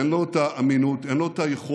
אין לו את האמינות, אין לו את היכולת,